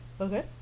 Okay